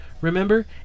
Remember